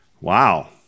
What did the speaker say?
wow